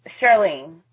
Charlene